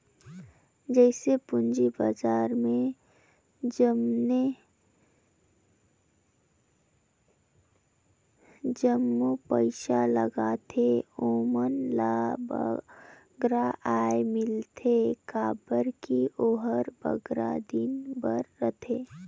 जइसे पूंजी बजार में जमने पइसा लगाथें ओमन ल बगरा आय मिलथे काबर कि ओहर बगरा दिन बर रहथे